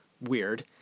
weird